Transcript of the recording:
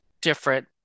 different